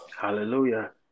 Hallelujah